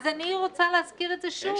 אז אני רוצה להזכיר את זה שוב.